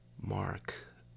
mark